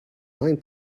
nine